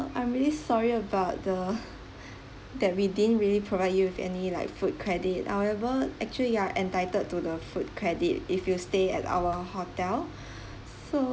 I'm really sorry about the that we didn't really provide you with any like food credit however actually you are entitled to the food credit if you stay at our hotel so